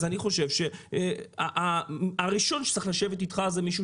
אז אני חושב שהראשון שצריך להיפגש אתך זה מישהו